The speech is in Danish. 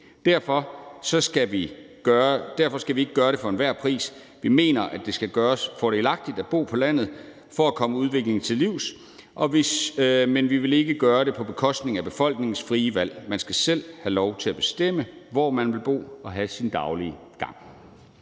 Derfor skal vi ikke gøre det for enhver pris. Vi mener, at det skal gøres fordelagtigt at bo på landet for at komme udviklingen til livs, men vi vil ikke gøre det på bekostning af befolkningens frie valg. Man skal selv have lov til at bestemme, hvor man vil bo og have sin daglige gang.